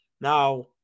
now